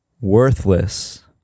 Worthless